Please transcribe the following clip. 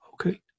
okay